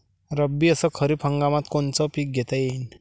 रब्बी अस खरीप हंगामात कोनचे पिकं घेता येईन?